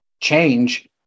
change